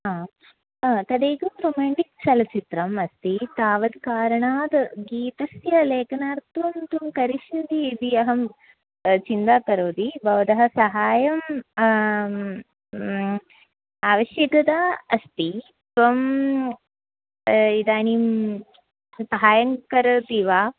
आ अ तदेकं रोमाण्टिक् चलच्चित्रम् अस्ति तावत् कारणात् गीतस्य लेखनार्थं तु करिष्यति इति अहं चिन्तां करोति भवतः सहायं आवश्यकता अस्ति त्वं इदानीं सहायं करोति वा